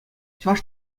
чӑваш